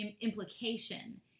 implication